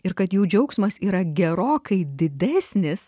ir kad jų džiaugsmas yra gerokai didesnis